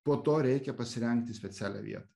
po to reikia pasirengti specialią vietą